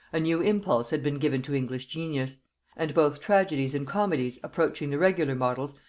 a new impulse had been given to english genius and both tragedies and comedies approaching the regular models,